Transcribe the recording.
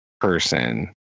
person